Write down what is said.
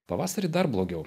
pavasarį dar blogiau